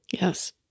Yes